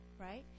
right